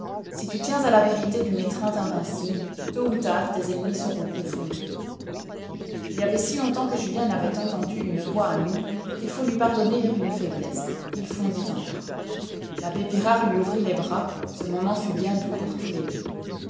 si tu tiens à la vérité d'une étreinte invincible tôt ou tard tes ennemis seront confondus il y avait si longtemps que julien n'avait entendu une voix amie qu'il faut lui pardonner une faiblesse il fondit en larmes l'abbé pirard lui ouvrit les bras ce moment fut bien doux pour tous les deux